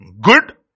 good